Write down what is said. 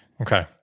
Okay